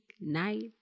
night